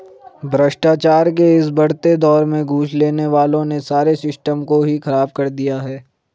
भ्रष्टाचार के इस बढ़ते दौर में घूस लेने वालों ने सारे सिस्टम को ही खराब कर दिया है